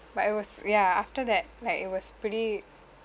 but it was ya after that like it was pretty